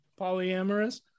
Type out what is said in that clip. Polyamorous